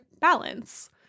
balance